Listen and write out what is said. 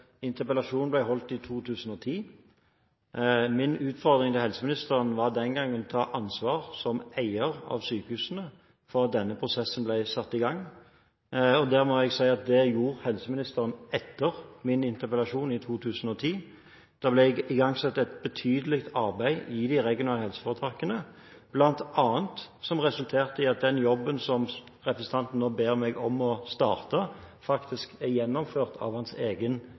interpellasjonen ble holdt i 2010. Min utfordring til helseministeren var den gangen å ta ansvar som eier av sykehusene for at denne prosessen ble satt i gang. Der må jeg si at det gjorde helseministeren etter min interpellasjon i 2010. Det ble igangsatt et betydelig arbeid i de regionale helseforetakene, som bl.a. resulterte i at den jobben som representanten nå ber meg om å starte, faktisk er gjennomført av hans egen